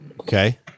Okay